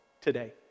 today